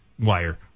wire